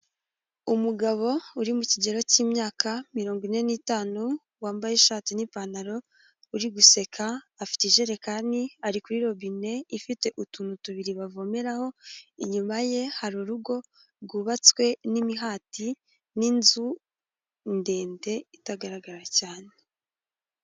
umugabo uri mu kigero cy'imyaka mirongo ine ni'itanu wambaye ishati n'ipantaro uri guseka afite ijerekani ari kuri robine ifite utuntu tubiri bavomeraho, inyuma ye hari urugo rwubatswe n'imihati n'inzu ndende itagaragara cyane.